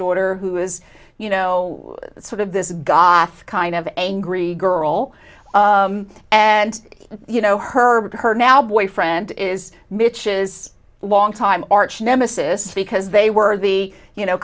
daughter who is you know sort of this guy kind of angry girl and you know her her now boyfriend is bitches a long time arch nemesis because they were the you know